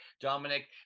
Dominic